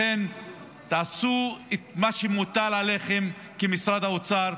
לכן תעשו את מה שמוטל עליכם כמשרד האוצר,